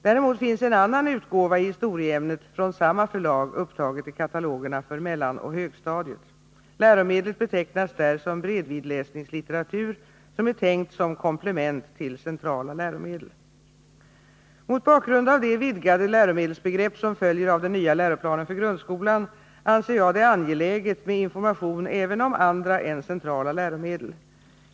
Däremot finns en annan utgåva i historieämnet från samma förlag upptaget i katalogerna för mellanoch högstadiet. Läromedlet betecknas där som bredvidläsningslitteratur som är tänkt som komplement till centrala läromedel. Mot bakgrund av det vidgade läromedelsbegrepp som följer av den nya läroplanen för grundskolan anser jag det angeläget med information även om andra än centrala läromedel.